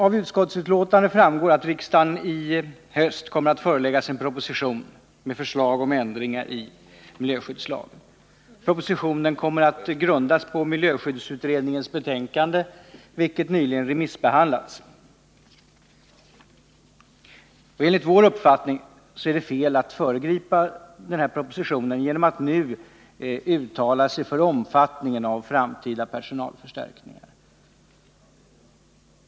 Av utskottsbetänkandet framgår att riksdagen under kommande höst kommer att föreläggas en proposition med förslag om ändringar i miljöskyddslagen. Propositionen kommer att grundas på miljöskyddsutredningens betänkande, vilket nyligen remissbehandlats. Enligt vår uppfattning är det fel att föregripa nämnda proposition genom att nu uttala sig om omfattningen av framtida personalförstärkningar.